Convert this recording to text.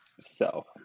self